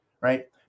right